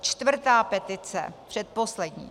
Čtvrtá petice, předposlední.